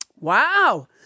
Wow